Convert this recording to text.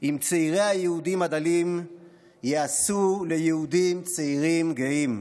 "אם צעירי היהודים הדלים ייעשו ליהודים צעירים גאים".